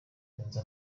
kayonza